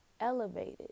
elevated